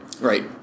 Right